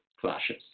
clashes